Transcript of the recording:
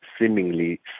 seemingly